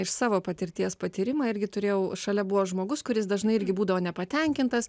iš savo patirties patyrimą irgi turėjau šalia buvo žmogus kuris dažnai irgi būdavo nepatenkintas